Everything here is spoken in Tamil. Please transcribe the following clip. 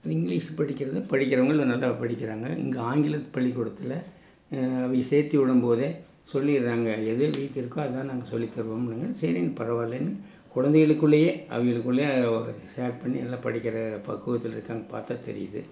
இங்கிலீஷ் படிக்கிறது படிக்கிறவங்களும் நல்லா படிக்கிறாங்க இங்கே ஆங்கிலப் பள்ளிக்கூடத்தில் அவங்க சேர்த்தி விடும்போதே சொல்லிடறாங்க எது வீக் இருக்கோ அதுதான் நாங்கள் சொல்லி தருவோமுன்னு சரின்னு பரவாயில்லைன்னு கொழந்தைகளுக்குள்ளேயே அவங்களுக்குள்ளே அது ஒரு ஷேர் பண்ணி நல்லா படிக்கிற பக்குவத்தில் இருக்காங்க பார்த்தா தெரியுது